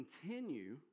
continue